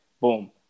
Boom